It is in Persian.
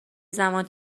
زمانی